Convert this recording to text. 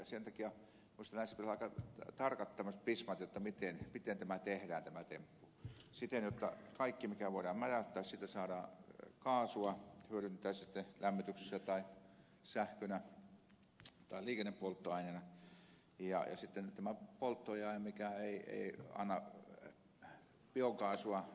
sen takia minusta näissä pitäisi olla aika tarkat tämmöiset pasmat miten tämä temppu tehdään jotta kaikesta mikä voidaan mädättää saadaan kaasua hyödynnetään sitten lämmityksessä tai sähkönä tai liikennepolttoaineena ja sitten tämä polttojae mikä ei anna biokaasua sitten poltettakoon